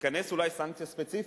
תיכנס אולי סנקציה ספציפית.